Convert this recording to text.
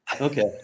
Okay